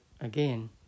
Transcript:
again